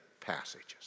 passages